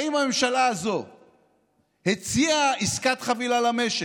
האם הממשלה הזאת הציעה עסקת חבילה למשק?